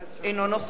אינו נוכח